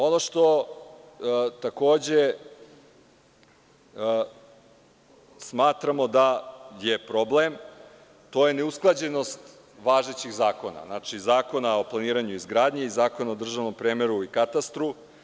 Ono što takođe smatramo da je problem, to je neusklađenost važećih zakona, znači Zakona o planiranju i izgradnji i Zakona o državnom premeru i katastru.